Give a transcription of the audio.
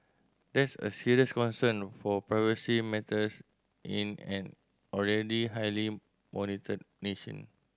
that's a serious concern for privacy matters in an already highly monitored nation